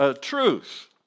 truth